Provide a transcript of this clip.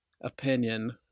opinion